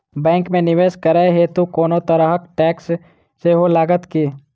Bank मे निवेश करै हेतु कोनो तरहक टैक्स सेहो लागत की?